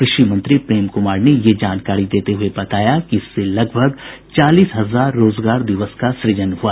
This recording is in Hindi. कृषि मंत्री प्रेम कुमार ने यह जानकारी देते हुये बताया कि इससे लगभग चालीस हजार रोजगार दिवस का सूजन हुआ